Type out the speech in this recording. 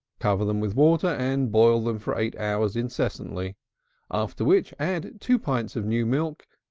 cover them with water, and boil them for eight hours incessantly after which add two pints of new milk,